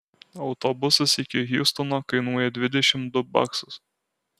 autobusas iki hjustono kainuoja dvidešimt du baksus